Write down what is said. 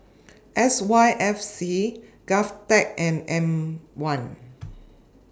S Y F C Govtech and M one